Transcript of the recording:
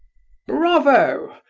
bravo!